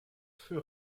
für